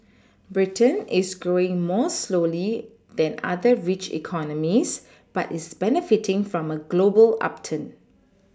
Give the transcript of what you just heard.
Britain is growing more slowly than other rich economies but is benefiting from a global upturn